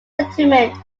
settlement